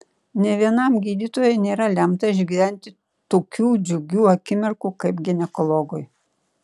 nė vienam gydytojui nėra lemta išgyventi tokių džiugių akimirkų kaip ginekologui